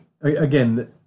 again